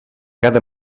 cada